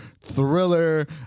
thriller